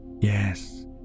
Yes